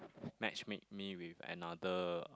match make me with another